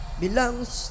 belongs